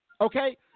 Okay